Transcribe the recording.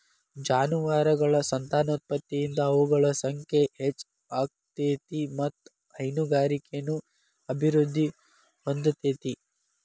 ಜಾನುವಾರಗಳ ಸಂತಾನೋತ್ಪತ್ತಿಯಿಂದ ಅವುಗಳ ಸಂಖ್ಯೆ ಹೆಚ್ಚ ಆಗ್ತೇತಿ ಮತ್ತ್ ಹೈನುಗಾರಿಕೆನು ಅಭಿವೃದ್ಧಿ ಹೊಂದತೇತಿ